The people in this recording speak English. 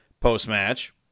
post-match